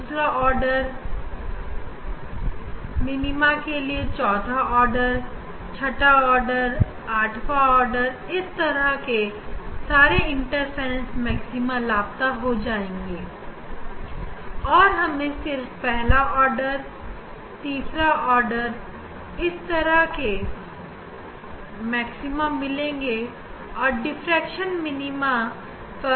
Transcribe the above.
दूसरा आर्डर फिर चौथा आर्डर छठवां ऑर्डर आठवां ऑर्डर जिस प्रिंसिपल जिस इंटरफेरेंस मैक्सिमा लापता होगा पहला आर्डर दूसरा आर्डर तीसरा और ए सब जगह है डिफ्रेक्शन मिनीमा के